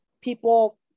people